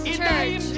church